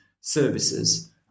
services